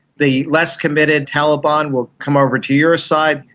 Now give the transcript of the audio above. the less committed taliban will come over to your side.